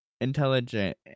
intelligent